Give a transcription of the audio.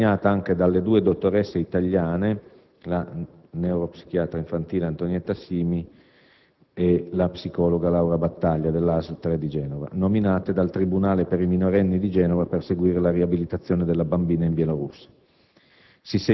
accompagnata anche dalle due dottoresse italiane, la neuropsichiatra infantile Antonietta Simi e la psicologa Laura Battaglia della ASL 3 di Genova, nominate dal tribunale per i minorenni di Genova per seguire la riabilitazione della bambina in Bielorussia.